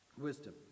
Wisdom